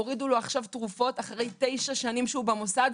הורידו לו עכשיו תרופות אחרי 9 שנים שהוא במוסד,